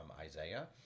Isaiah